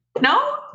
No